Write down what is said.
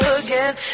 again